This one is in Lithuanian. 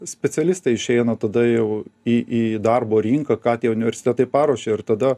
specialistai išeina tada jau į į darbo rinką ką tie universitetai paruošė ir tada